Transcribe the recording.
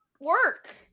work